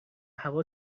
هوا